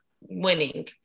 winning